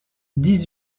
dix